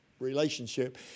relationship